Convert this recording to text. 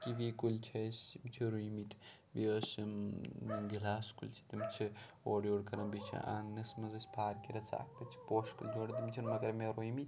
kiwi کُلۍ چھِ اسہِ یِم چھِ رُویمِتۍ بیٚیہِ حظ چھِ گِلاس کُلۍ چھِ تِم چھِ اورٕ یور کَران بیٚیہِ چھِ آنٛگنَس منٛز اسہِ پارٕکہِ رَژہ اَکھ تَتہِ چھِ پوشہِ کُلۍ جوڑاہ تِم چھِنہٕ مگر مےٚ رُویمِتۍ